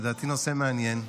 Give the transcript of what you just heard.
לדעתי, נושא מעניין.